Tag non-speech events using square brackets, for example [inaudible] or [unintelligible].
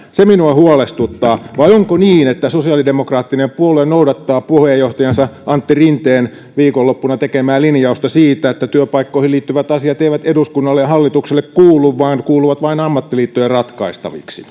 se minua huolestuttaa vai onko niin että sosiaalidemokraattinen puolue noudattaa puheenjohtajansa antti rinteen viikonloppuna tekemää lin jausta siitä että työpaikkoihin liittyvät asiat eivät eduskunnalle ja hallitukselle kuulu vaan ne kuuluvat vain ammattiliittojen ratkaistaviksi [unintelligible]